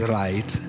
right